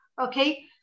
okay